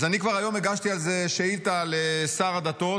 אז אני כבר היום הגשתי על זה שאילתה לשר הדתות,